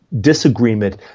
disagreement